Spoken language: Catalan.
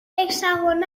hexagonal